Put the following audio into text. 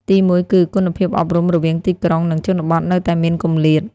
ទីមួយគឺ គុណភាពអប់រំរវាងទីក្រុង និងជនបទនៅតែមានគម្លាត។